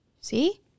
See